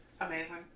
Amazing